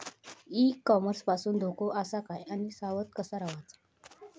E commerce पासून धोको आसा काय आणि सावध कसा रवाचा?